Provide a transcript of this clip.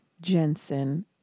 jensen